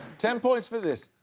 ten points for this.